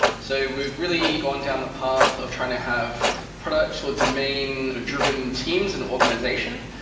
so we've really gone down the path of trying to have product or domain driven teams and organization,